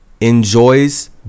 enjoys